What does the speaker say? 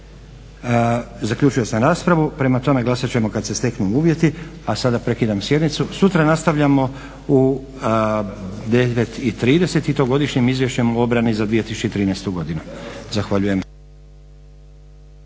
Zaključio sam raspravu. Prema tome, glasati ćemo kada se steknu uvjeti a sada prekidam sjednicu. Sutra nastavljamo u 9,30 i to Godišnjim izvješćem o obrani za 2013. godinu. Zahvaljujem.